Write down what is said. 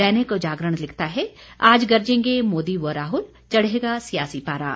दैनिक जागरण लिखता है आज गरजेंगे मोदी व राहुल चढ़ेगा सियासी पारा